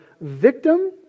victim